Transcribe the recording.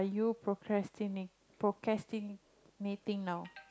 you procrastinate procrastinating now